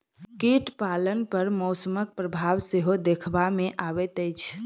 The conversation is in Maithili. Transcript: कीट पालन पर मौसमक प्रभाव सेहो देखबा मे अबैत अछि